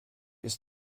ist